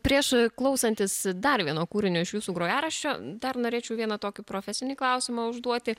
prieš klausantis dar vieno kūrinio iš jūsų grojaraščio dar norėčiau vieną tokį profesinį klausimą užduoti